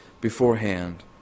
beforehand